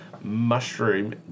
mushroom